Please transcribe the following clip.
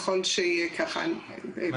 מה